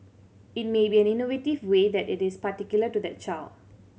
it may be an innovative way that is particular to that child